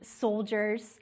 soldiers